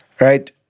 Right